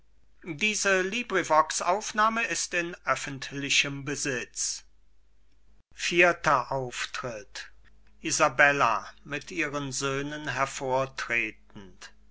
vierter auftritt isabella mit ihren söhnen